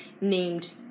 named